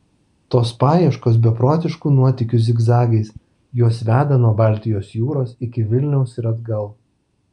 tos paieškos beprotiškų nuotykių zigzagais juos veda nuo baltijos jūros iki vilniaus ir atgal